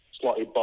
slightly